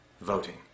voting